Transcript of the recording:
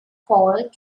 called